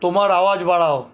তোমার আওয়াজ বাড়াও